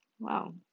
Wow